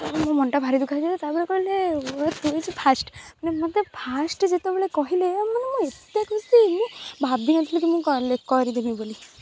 ମୋ ମନଟା ଭାରି ଦୁଃଖ ତା'ପରେ କହିଲେ ତୁ ହେଇଛୁ ଫାଷ୍ଟ ମାନେ ମୋତେ ଫାଷ୍ଟ ଯେତେବେଳେ କହିଲେ ମାନେ ମୁଁ ଏତେ ଖୁସି ମୁଁ ଭାବିନଥିଲି କି ମୁଁ କରିଦେବି ବୋଲି